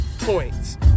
Points